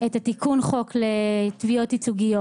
את תיקון החוק לתביעות ייצוגיות.